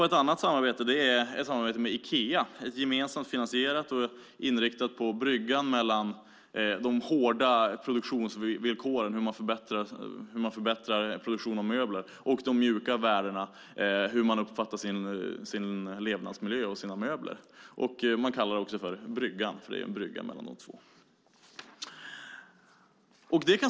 Ett annat är ett samarbete med Ikea, gemensamt finansierat och inriktat på bryggan mellan de hårda produktionsvillkoren, alltså hur man förbättrar produktion av möbler, och de mjuka värdena, det vill säga hur man uppfattar sin levnadsmiljö och sina möbler. Man kallar det alltså "bryggan", för det är en brygga mellan de två.